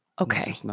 Okay